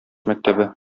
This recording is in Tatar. мәктәбе